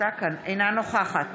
אינה נוכחת